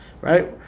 right